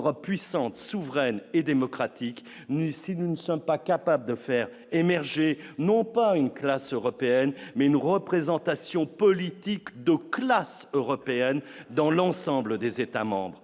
si nous ne sommes pas capables de faire émerger non pas une classe européenne mais une représentation politique de classe européenne dans l'ensemble des États-membres,